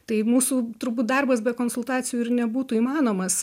tai mūsų turbūt darbas be konsultacijų ir nebūtų įmanomas